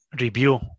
review